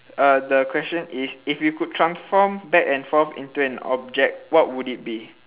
uh the question is if you could transform back and forth into an object what would it be